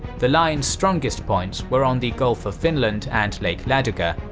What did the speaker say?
the line's strongest points were on the gulf of finland and lake ladoga,